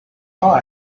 how